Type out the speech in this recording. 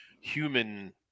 human